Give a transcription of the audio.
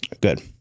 Good